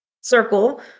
circle